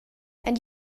and